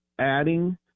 adding